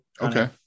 okay